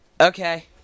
Okay